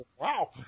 Wow